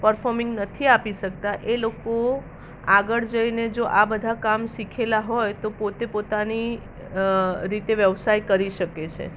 performing નથી આપી શકતા એ લોકો આગળ જઈને જો આ બધા કામ શીખેલા હોય તો પોતે પોતાની રીતે વ્યવસાય કરી શકે છે